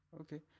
Okay